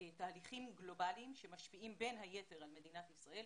תהליכים גלובליים שמשפיעים בין היתר על מדינת ישראל.